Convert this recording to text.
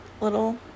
little